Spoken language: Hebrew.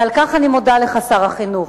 ועל כך אני מודה לך, שר החינוך.